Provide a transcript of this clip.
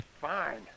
Fine